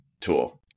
tool